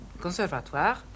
conservatoire